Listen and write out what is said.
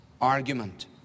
argument